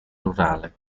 rurale